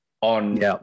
on